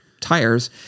tires